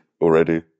already